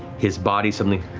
his body suddenly